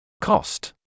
Cost